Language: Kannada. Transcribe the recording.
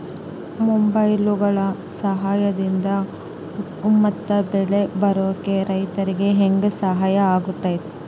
ಮೊಬೈಲುಗಳ ಸಹಾಯದಿಂದ ಉತ್ತಮ ಬೆಳೆ ಬರೋಕೆ ರೈತರಿಗೆ ಹೆಂಗೆ ಸಹಾಯ ಆಗುತ್ತೆ?